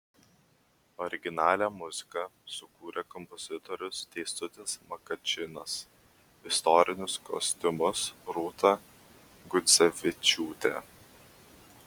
originalią muziką sukūrė kompozitorius teisutis makačinas istorinius kostiumus rūta gudzevičiūtė